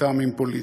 מטעמים פוליטיים.